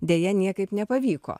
deja niekaip nepavyko